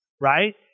right